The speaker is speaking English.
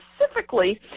specifically